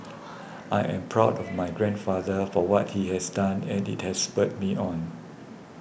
I am proud of my grandfather for what he has done and it has spurred me on